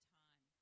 time